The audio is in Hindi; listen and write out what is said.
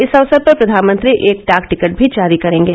इस अवसर पर प्रधानमंत्री एक डाक टिकट भी जारी करेंगे